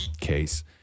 Case